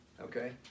okay